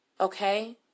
Okay